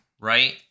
Right